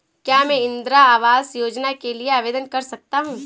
क्या मैं इंदिरा आवास योजना के लिए आवेदन कर सकता हूँ?